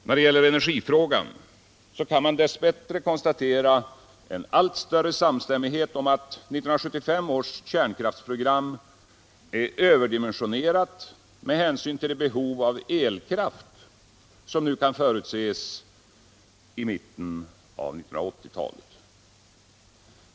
När det gäller energifrågan kan man dess bättre konstatera en allt större samstämmighet om att 1975 års kärnkraftsprogram är överdimensionerat med hänsyn till det behov av elkraft som nu kan förutses i mitten av 1980 talet.